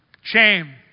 shame